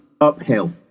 uphill